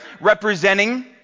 representing